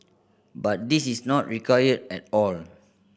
but this is not required at all